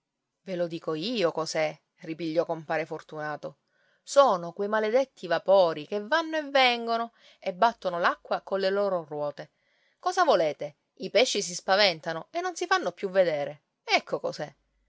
ve lo dico io cos'è ripigliò compare fortunato sono quei maledetti vapori che vanno e vengono e battono l'acqua colle loro ruote cosa volete i pesci si spaventano e non si fanno più vedere ecco cos'è